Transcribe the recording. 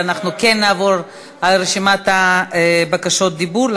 שאנחנו כן נעבור על רשימת בקשות הדיבור,